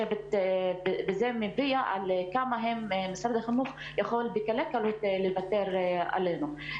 זה מביע עד כמה משרד החינוך יכול בקלי קלות לוותר עלינו.